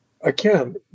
again